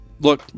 Look